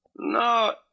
No